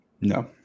No